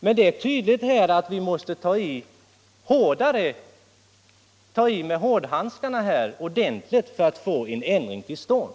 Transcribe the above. Men det är tydligt att vi måste ta i ordentligt med hårdhandskarna för att få en ändring till stånd